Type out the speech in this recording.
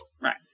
Right